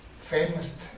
famous